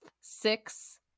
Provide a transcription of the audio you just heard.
six